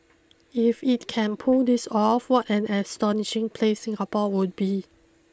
if it can pull this off what an astonishing place Singapore would be